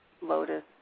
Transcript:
lotus